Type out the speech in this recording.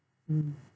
mm